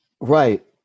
Right